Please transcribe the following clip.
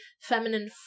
feminine